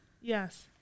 Yes